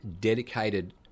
dedicated